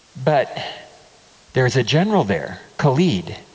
but there is a general, there, khalid,